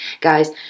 guys